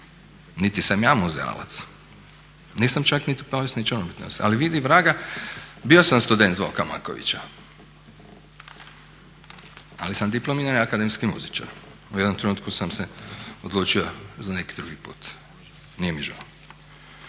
Niti sam ja muzejalac, nisam čak ni povjesničar umjetnosti, ali vidi vraga bio sam student Zvonka Matkovića, ali sam diplomirani akademski muzičar. U jednom trenutku sam se odlučio za neki drugi put, nije mi žao.